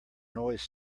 noise